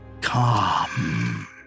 Come